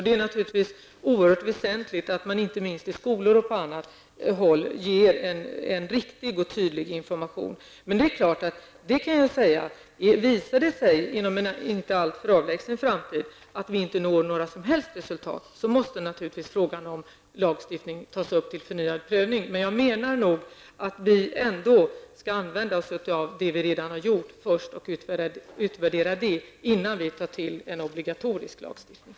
Det är naturligtvis oerhört väsentligt att man inte minst i skolor och på annat håll ger en riktig och tydlig information. Men visar det sig inom en inte alltför avlägsen framtid att vi inte når några som helst resultat, måste givetvis frågan om lagstiftning tas upp till förnyad prövning. Jag menar emellertid att vi ändå först skall använda oss av vad vi redan har gjort och utvärdera detta, innan vi tillgriper obligatorisk lagstiftning.